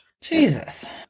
Jesus